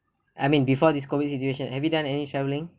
I mean before this COVID situation have you done any traveling